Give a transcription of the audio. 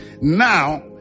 now